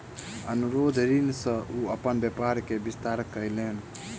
अनुरोध ऋण सॅ ओ अपन व्यापार के विस्तार कयलैन